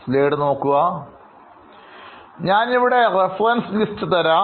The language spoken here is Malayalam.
സ്ലൈഡ്നോക്കുക ഞാൻ ഇവിടെ reference list തരാം